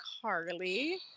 Carly